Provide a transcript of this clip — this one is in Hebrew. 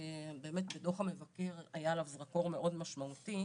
ובאמת בדו"ח המבקר היה עליו זרקור מאוד משמעותי,